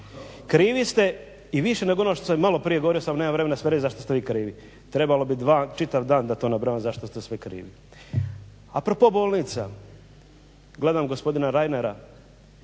Krivi ste i više nego ono što sam maloprije govorio samo nemam vremena sve reći za što ste vi krivi. Trebao bi čitav dan da to nabrojim za što ste sve krivi. A propos bolnica gledam gospodina Reinera